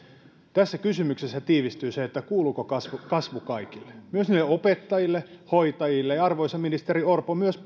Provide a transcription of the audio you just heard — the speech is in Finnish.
tässä kysymyksessä tiivistyy se kuuluuko kasvu kasvu kaikille myös niille opettajille hoitajille ja arvoisa ministeri orpo myös